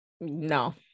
No